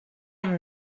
amb